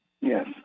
Yes